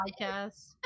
podcast